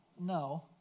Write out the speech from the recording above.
no